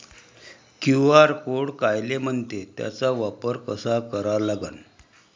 QR code कायले म्हनते, त्याचा वापर कसा करा लागन?